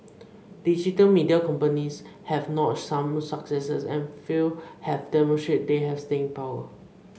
digital media companies have notched some successes and a few have demonstrated they have staying power